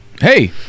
Hey